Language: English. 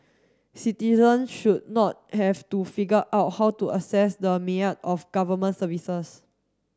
citizen should not have to figure out how to access the of Government services